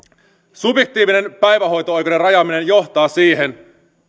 subjektiivisen päivähoito oikeuden rajaaminen johtaa siihen